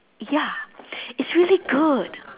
ya it's really good